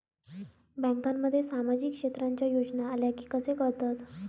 बँकांमध्ये सामाजिक क्षेत्रांच्या योजना आल्या की कसे कळतत?